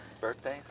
birthdays